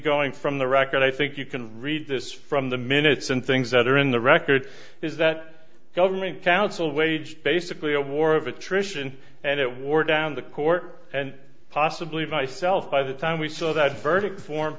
going from the record i think you can read this from the minutes and things that are in the record is that governing council waged basically a war of attrition and it wore down the court and possibly myself by the time we saw that verdict for